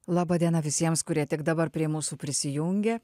laba diena visiems kurie tik dabar prie mūsų prisijungė